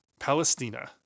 Palestina